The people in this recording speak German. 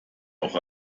auch